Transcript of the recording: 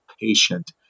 patient